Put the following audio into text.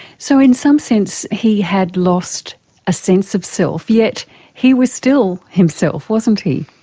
so in some sense he had lost a sense of self, yet he was still himself, wasn't he.